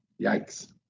Yikes